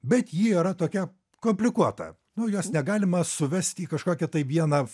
bet ji yra tokia komplikuota nu jos negalima suvesti į kažkokią tai vieną